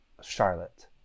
charlotte